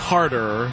Carter